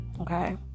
okay